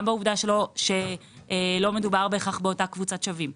גם בעובדה שלא מדובר בהכרח באותה קבוצת שבים,